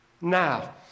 Now